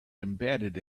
embedded